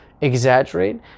exaggerate